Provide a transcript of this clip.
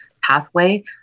pathway